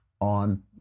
on